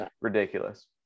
ridiculous